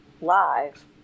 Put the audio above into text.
live